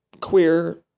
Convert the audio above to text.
queer